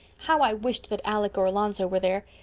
how i wished that alec or alonzo were there.